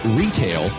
retail